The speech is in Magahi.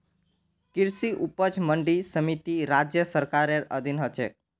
कृषि उपज मंडी समिति राज्य सरकारेर अधीन ह छेक